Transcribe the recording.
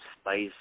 Spice